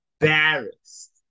embarrassed